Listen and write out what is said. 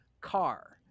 car